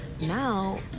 now